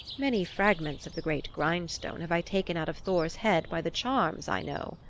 many fragments of the great grindstone have i taken out of thor's head by the charms i know,